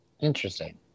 Interesting